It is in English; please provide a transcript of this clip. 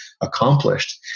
accomplished